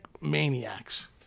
maniacs